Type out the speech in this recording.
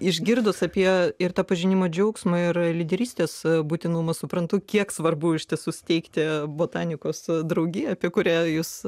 išgirdus apie ir tą pažinimo džiaugsmą ir lyderystės būtinumą suprantu kiek svarbu iš tiesų steigti botanikos draugiją apie kurią jūs